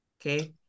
okay